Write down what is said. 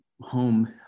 home